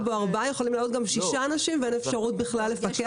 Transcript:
בו מותרת לארבעה אנשים ואין אפשרות לפקח על זה.